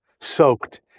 soaked